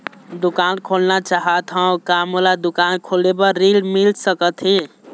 दुकान खोलना चाहत हाव, का मोला दुकान खोले बर ऋण मिल सकत हे?